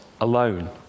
alone